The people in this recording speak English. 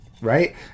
right